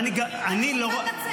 אם אני רוצה לנצח,